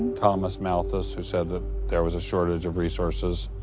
thomas malthus, who said that there was a shortage of resources.